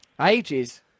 Ages